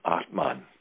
Atman